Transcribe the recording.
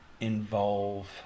involve